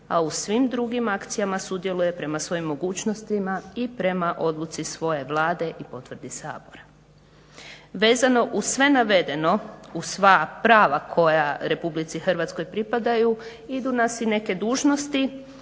a u svim drugim akcijama sudjeluje prema svojim mogućnostima i prema odluci svoje Vlade i potvrdi Sabora. Vezano uz sve navedeno, uz sva prava koja Republici Hrvatskoj pripadaju idu nas i neke dužnosti,